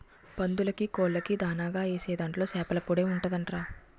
పందులకీ, కోళ్ళకీ దానాగా ఏసే దాంట్లో సేపల పొడే ఉంటదంట్రా